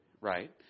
right